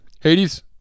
Hades